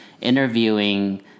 interviewing